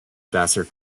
vassar